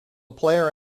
player